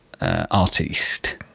artist